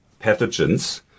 pathogens